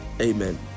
Amen